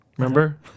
Remember